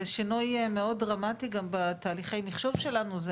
זה שינוי מאוד דרמטי גם בתהליכי המחשוב שלנו.